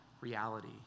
reality